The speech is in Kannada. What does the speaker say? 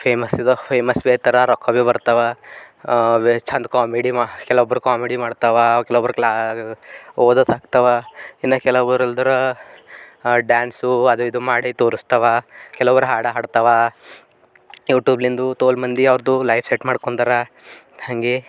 ಫೇಮಸ್ ಇದು ಫೇಮಸ್ ಭಿ ಆಯ್ತರ ರೊಕ್ಕ ಭಿ ಬರ್ತವೆ ಚಂದ ಕಾಮಿಡಿ ಮಾ ಕೆಲವೊಬ್ಬರು ಕಾಮಿಡಿ ಮಾಡ್ತಾವ ಕೆಲವೊಬ್ಬರು ಕ್ಲಾ ಓದೋದು ಹಾಕ್ತಾವ ಇನ್ನು ಕೆಲಬ್ರು ಇಲ್ದರ ಡ್ಯಾನ್ಸು ಅದು ಇದು ಮಾಡಿ ತೋರಿಸ್ತಾವ ಕೆಲವರು ಹಾಡು ಹಾಡ್ತಾವ ಯೂಟ್ಯೂಬ್ಲಿಂದು ತೋಲು ಮಂದಿ ಅವರ್ದು ಲೈಫ್ ಸೆಟ್ ಮಾಡ್ಕೊಂಡರಾ ಹಾಗೆ